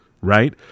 right